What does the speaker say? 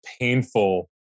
painful